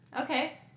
Okay